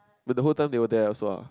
but the whole time they were there also ah